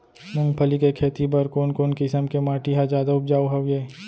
मूंगफली के खेती बर कोन कोन किसम के माटी ह जादा उपजाऊ हवये?